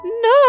No